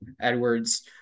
Edwards